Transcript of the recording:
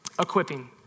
Equipping